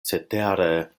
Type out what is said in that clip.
cetere